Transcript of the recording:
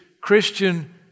Christian